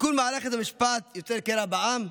תיקון מערכת המשפט יוצר קרע בעם?